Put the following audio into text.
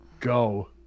Go